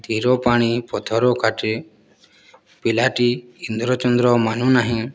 ଧୀର ପାଣି ପଥର କାଟେ ପିଲାଟି ଇନ୍ଦ୍ର ଚନ୍ଦ୍ର ମାନୁନାହିଁ